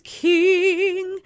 king